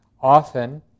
often